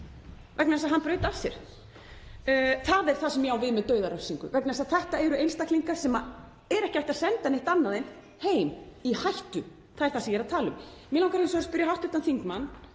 vegna þess að hann braut af sér? Það er það sem ég á við með dauðarefsingu vegna þess að þetta eru einstaklingar sem er ekki hægt að senda neitt annað en heim í hættu. Það er það sem ég er að tala um. Hv. þingmaður byrjaði ræðu sína